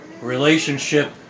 relationship